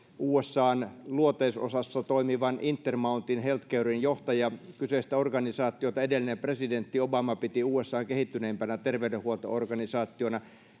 usan luoteisosassa toimivan intermountain healthcaren johtaja kyseistä organisaatiota edellinen presidentti obama piti usan kehittyneimpänä terveydenhuolto organisaationa